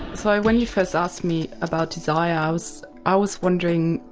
so when you first asked me about desire i ah so i was wondering,